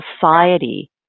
society